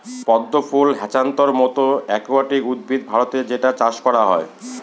পদ্ম ফুল হ্যাছান্থর মতো একুয়াটিক উদ্ভিদ ভারতে যেটার চাষ করা হয়